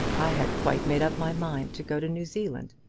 i had quite made up my mind to go to new zealand.